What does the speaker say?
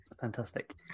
Fantastic